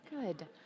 good